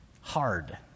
hard